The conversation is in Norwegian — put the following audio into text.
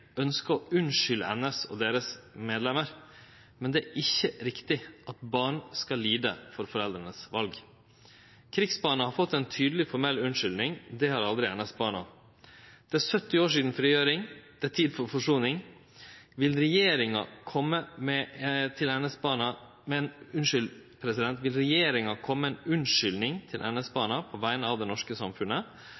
å unnskylde NS og medlemmene deira. Men det er ikkje riktig at barn skal lide for foreldra sine val. Krigsbarna har fått ei tydeleg, formell orsaking. Det har aldri NS-barna. Det er 70 år sidan frigjeringa. Det er tid for forsoning! Vil regjeringa kome med ei orsaking til NS-barna på vegner av det norske samfunnet, og vil